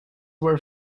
were